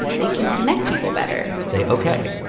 they can connect people better say, ok,